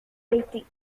betty